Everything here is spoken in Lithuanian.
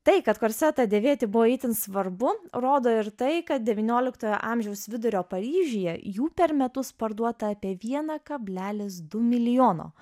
tai kad korsetą dėvėti buvo itin svarbu rodo ir tai kad devynioliktojo amžiaus vidurio paryžiuje jų per metus parduota apie vieną kablelis du milijono